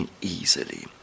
easily